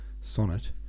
Sonnet